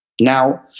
Now